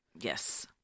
Yes